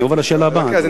אני עובר לשאילתא הבאה.